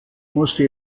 musste